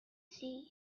sea